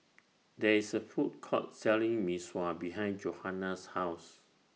There IS A Food Court Selling Mee Sua behind Johana's House